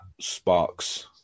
sparks